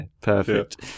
perfect